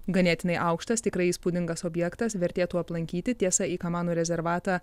ganėtinai aukštas tikrai įspūdingas objektas vertėtų aplankyti tiesa į kamanų rezervatą